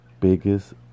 biggest